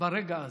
ברגע זה.